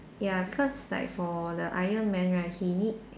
ya cause like for the iron man right he need